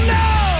no